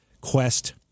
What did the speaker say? quest